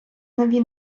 нові